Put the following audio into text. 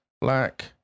Black